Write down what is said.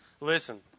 listen